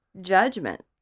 judgment